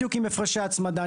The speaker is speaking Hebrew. בדיוק עם הפרשי הצמדה.